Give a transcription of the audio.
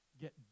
get